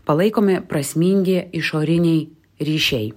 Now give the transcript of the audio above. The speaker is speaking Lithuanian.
palaikomi prasmingi išoriniai ryšiai